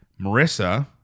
Marissa